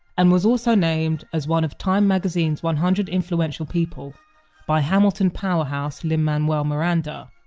and was also named as one of time magazine's one hundred influential people by hamilton powerhouse lin-manuel miranda.